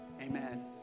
amen